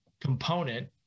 component